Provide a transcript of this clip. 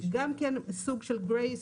גם כן סוג של גרייס,